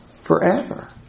forever